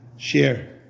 Share